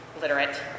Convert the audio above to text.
literate